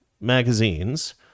magazines